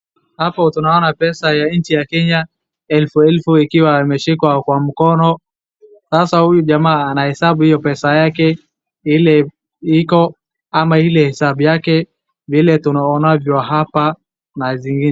Hapo tunaona pesas ya nchi ya Kenya ya elefu elfu ikiwa imeshikwa kwa mkono. Sasa huyu jamaa ana hesabu hiyo mpesa yake vile iko ama ile hesabu yake vile tunaonavyo hapa.